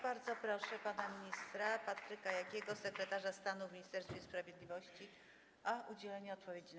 Bardzo proszę pana ministra Patryka Jakiego, sekretarza stanu w Ministerstwie Sprawiedliwości, o udzielenie odpowiedzi na